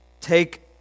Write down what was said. Take